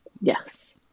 Yes